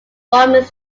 one